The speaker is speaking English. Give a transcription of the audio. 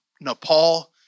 Nepal